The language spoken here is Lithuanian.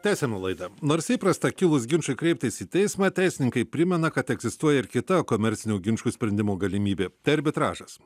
tęsiame laidą nors įprasta kilus ginčui kreiptis į teismą teisininkai primena kad egzistuoja ir kita komercinių ginčų sprendimo galimybė tai arbitražas